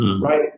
Right